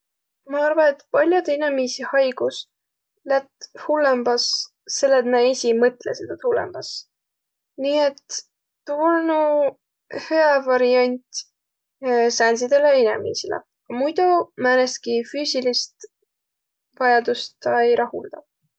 Ma arva, et pall'odõ inemiisi haigus lätt hullõmbas, selle et nä esiq mõtlõsõq tuud hullõmbas. Nii et tuu olnuq hüä variant sääntsidele inemiisile. Muido mä'nestki füüsilist vajadust taa ei rahuldaq.